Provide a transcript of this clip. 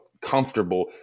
comfortable